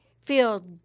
feel